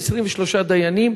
ב-23 דיינים,